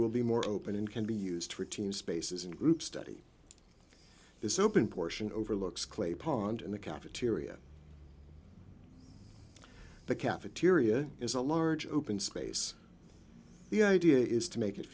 will be more open and can be used for team spaces and group study this open portion overlooks clay pond in the cafeteria the cafeteria is a large open space the idea is to make it